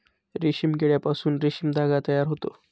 रेशीम किड्यापासून रेशीम धागा तयार होतो